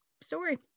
story